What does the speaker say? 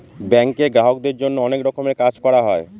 ব্যাঙ্কে গ্রাহকদের জন্য অনেক রকমের কাজ করা হয়